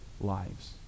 lives